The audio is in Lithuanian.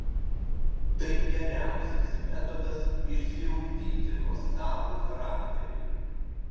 tai geriausias metodas išsiugdyti nuostabų charakterį